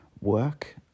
Work